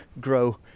grow